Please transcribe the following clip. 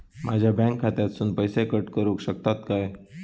माझ्या बँक खात्यासून पैसे कट करुक शकतात काय?